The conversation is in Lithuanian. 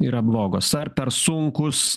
yra blogos ar per sunkūs